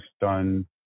done